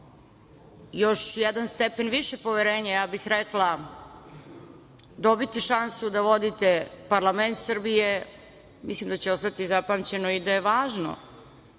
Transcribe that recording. još jedan stepen više poverenja, ja bih rekla, dobiti šansu da vodite parlament Srbije, mislim da će ostati zapamćeno i da je važno